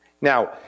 Now